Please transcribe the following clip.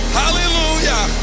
hallelujah